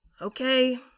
Okay